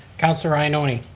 councillor ioannoni.